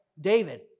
David